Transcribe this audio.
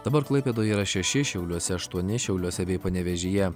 dabar klaipėdoje yra šeši šiauliuose aštuoni šiauliuose bei panevėžyje